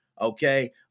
Okay